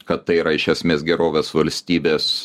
kad tai yra iš esmės gerovės valstybės